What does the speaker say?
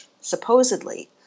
supposedly